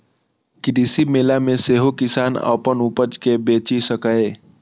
कृषि मेला मे सेहो किसान अपन उपज कें बेचि सकैए